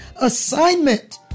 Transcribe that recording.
assignment